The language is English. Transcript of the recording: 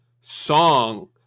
song –